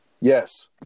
Yes